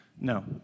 No